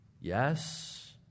Yes